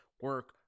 Work